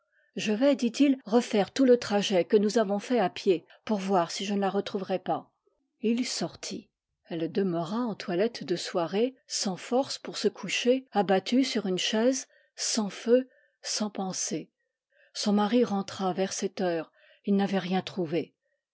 je vais dit-il refaire tout le trajet que nous avons fait à pied pour voir si je ne la retrouverai pas et il sortit elle demeura en toilette de soirée sans force pour se coucher abattue sur une chaise sans feu sans pensée son mari rentra vers sept heures il n'avait rien trouvé